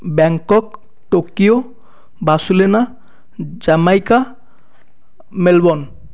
Bangkok Tokyo Barcelona Jamaica Melbourne